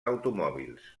automòbils